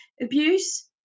abuse